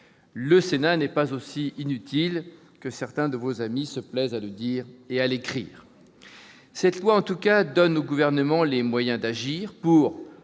Le Sénat n'est pas aussi inutile que certains de vos amis se plaisent à le dire et à l'écrire ... Ça, c'est juste ! Cette loi donnera au Gouvernement les moyens d'agir pour